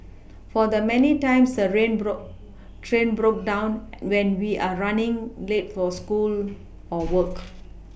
for the many times a rain the train broke down when we are running late for school or work